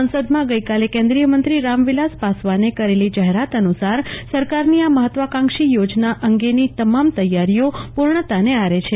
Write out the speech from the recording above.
સંસદમાં ગઈકાલે કેન્દ્રિયમંત્રી રામવિલાસ પાસવાને કરેલી જાહેરાત અનુસાર સરકારની આ મહત્વકાંક્ષી યોજના અંગેની તમામ તૈયારીઓ પુર્ણતાના આરે છે